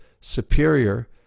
superior